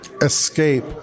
escape